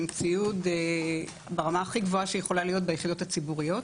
עם ציוד ברמה הכי גבוהה שיש ביחידות הציבוריות.